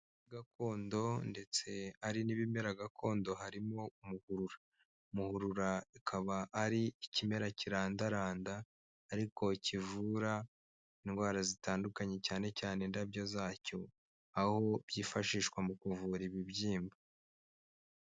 Gakondo ndetse ari n'ibimera gakondo harimo umuhurura. Muhurura akaba ari ikimera kirandaranda ariko kivura indwara zitandukanye cyane cyane indabyo zacyo aho byifashishwa mu kuvura ibibyimba.